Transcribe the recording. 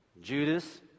Judas